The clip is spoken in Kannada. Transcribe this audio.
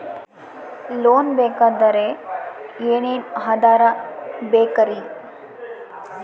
ಲೋನ್ ಬೇಕಾದ್ರೆ ಏನೇನು ಆಧಾರ ಬೇಕರಿ?